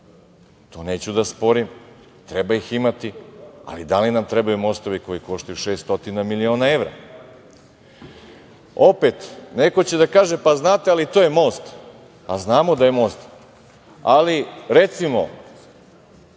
to neću da sporim, treba ih imati, ali da li nam trebaju mostovi koji koštaju 600 miliona evra? Opet, neko će da kaže – pa znate, ali to je most. Znamo da je most, ali recimo